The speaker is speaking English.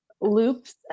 loops